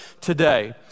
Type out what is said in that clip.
today